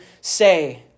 say